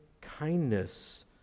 kindness